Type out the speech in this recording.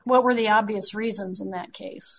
what were the obvious reasons in that case